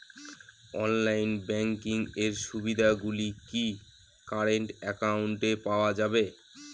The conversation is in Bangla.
অনলাইন ব্যাংকিং এর সুবিধে গুলি কি কারেন্ট অ্যাকাউন্টে পাওয়া যাবে?